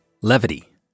levity